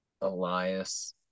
Elias